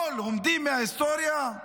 לא לומדים מההיסטוריה?